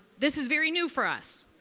this is very new for us.